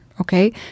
okay